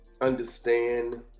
understand